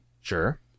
Sure